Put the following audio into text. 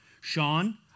Sean